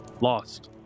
lost